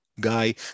Guy